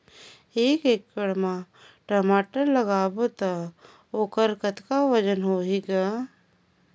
एक एकड़ म टमाटर लगाबो तो ओकर कतका वजन होही ग?